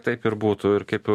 taip ir būtų ir kaip